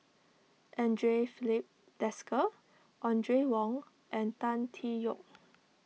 andre Filipe Desker Audrey Wong and Tan Tee Yoke